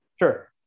Sure